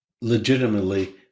legitimately